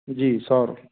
जी सौर